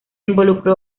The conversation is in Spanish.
involucró